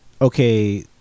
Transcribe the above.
okay